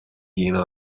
кийин